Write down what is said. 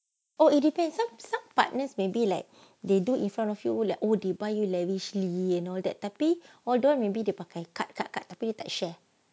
oh it depends some some partners maybe like they do in front of you like they buy you lavishly and all that tapi out there maybe dia pakai card card card tapi tak share